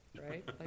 right